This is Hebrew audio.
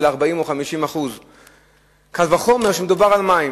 עלייה של 40% או 50%. קל וחומר כשמדובר על מים.